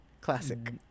Classic